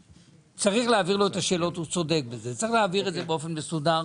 צודק, צריך להעביר את השאלות באופן מסודר.